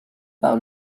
par